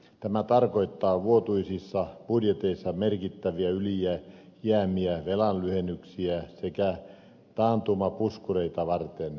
tämä tarkoittaa vuotuisissa budjeteissa merkittäviä ylijäämiä velan lyhennyksiä sekä puskureita taantumaa varten